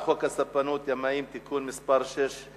הצעת חוק הספנות (ימאים) (תיקון מס' 6),